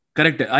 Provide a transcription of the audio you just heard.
Correct